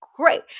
great